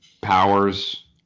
Powers